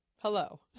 Hello